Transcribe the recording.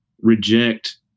reject